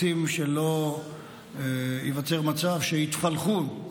רוצים שלא ייווצר מצב שבו יתפלחו,